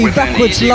backwards